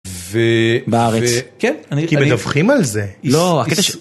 בארץ, כן, כי מדווחים על זה.